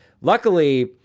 luckily